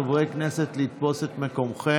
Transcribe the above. חברי הכנסת, לתפוס את מקומכם.